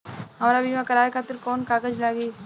हमरा बीमा करावे खातिर कोवन कागज लागी?